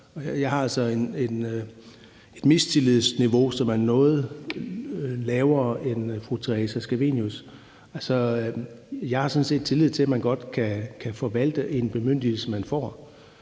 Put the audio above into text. Jeg har altså et mistillidsniveau, som er noget lavere end fru Theresa Scavenius'. Jeg har sådan set tillid til, at man godt kan forvalte en bemyndigelse, man får.